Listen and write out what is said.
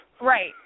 Right